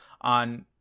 on